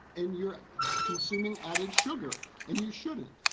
and you're consuming added sugar and you shouldn't.